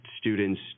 students